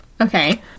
Okay